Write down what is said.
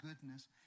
goodness